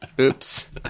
Oops